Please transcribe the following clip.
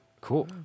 Cool